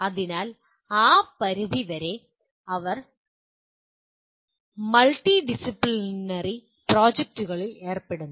അതിനാൽ ആ പരിധി വരെ അവർ മൾട്ടിഡിസിപ്ലിനറി പ്രോജക്ടുകളിൽ ഏർപ്പെടുന്നു